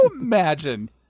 imagine